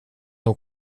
nog